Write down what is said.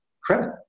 credit